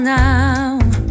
now